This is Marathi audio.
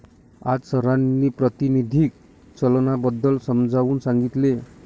आज सरांनी प्रातिनिधिक चलनाबद्दल समजावून सांगितले